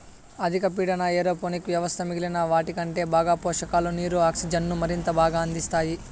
అధిక పీడన ఏరోపోనిక్ వ్యవస్థ మిగిలిన వాటికంటే బాగా పోషకాలు, నీరు, ఆక్సిజన్ను మరింత బాగా అందిస్తాయి